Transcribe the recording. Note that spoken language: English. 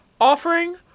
offering